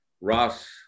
Ross